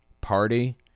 party